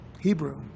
Hebrew